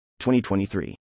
2023